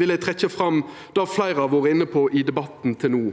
vil eg trekkja fram det fleire har vore inne på i debatten til no.